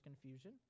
confusion